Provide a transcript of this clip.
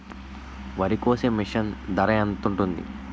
వరి కోసే మిషన్ ధర ఎంత ఉంటుంది?